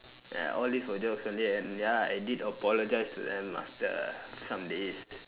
ya all these for jokes only and ya I did apologise to them after some days